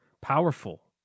powerful